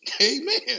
Amen